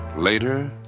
Later